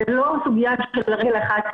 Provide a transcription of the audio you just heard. זה לא סוגיה של על רגל אחת,